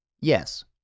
Yes